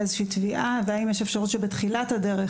האם יש אפשרות שבתחילת הדרך